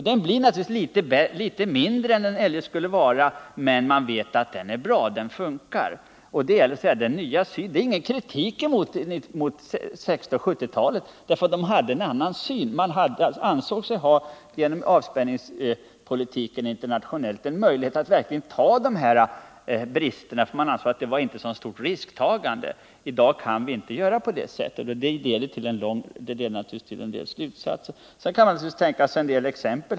Det blir naturligtvis litet mindre än det eljest skulle vara, men man vet att det är bra, att det fungerar. Detta är ingen kritik mot 1960 och 1970-talens försvarspolitik, eftersom man då hade en annan syn på möjligheterna att få tidig förvarning. Man ansåg sig genom den internationella avspänningspolitiken ha en möjlighet att acceptera dessa brister. Man menade att det inte var ett så stort risktagande. I dag kan vi inte göra på det sättet, och det leder naturligtvis till en del slutsatser. Sedan kan man anföra en del exempel.